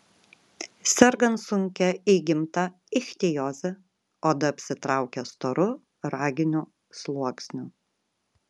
sergant sunkia įgimta ichtioze oda apsitraukia storu raginiu sluoksniu